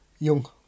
young